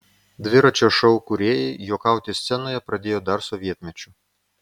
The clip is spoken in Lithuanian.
dviračio šou kūrėjai juokauti scenoje pradėjo dar sovietmečiu